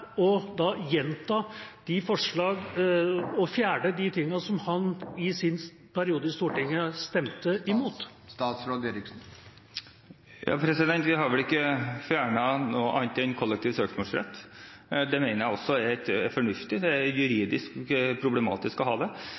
gjenta de forslagene og fjerne de tingene som han i sin periode i Stortinget stemte imot? Vi har vel ikke fjernet noe annet enn kollektiv søksmålsrett. Det mener jeg også er fornuftig. Det er juridisk problematisk å ha det,